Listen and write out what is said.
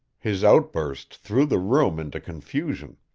his outburst threw the room into confusion.